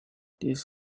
this